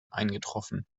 eingetroffen